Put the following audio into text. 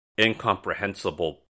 incomprehensible